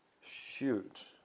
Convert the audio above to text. shoot